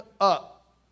up